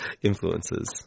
influences